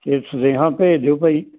ਅਤੇ ਸੁਨੇਹਾ ਭੇਜ ਦਿਓ ਭਾਈ